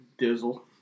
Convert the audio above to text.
Dizzle